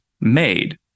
made